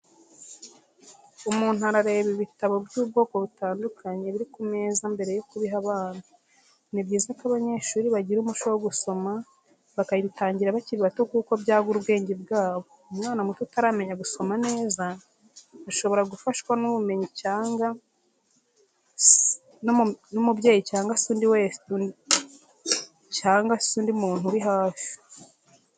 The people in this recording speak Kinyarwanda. Umuntu arareba ibitabo by'ubwoko butandukanye, biri ku meza mbere yo kubiha abana, ni byiza ko abanyeshuri bagira umuco wo gusoma, bakabitangira bakiri bato kuko byagura ubwenge bwabo. Umwana muto utaramenya gusoma neza ashobora gufashwa n'umubyeyi cyangwa se undi muntu umuri hafi.